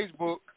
Facebook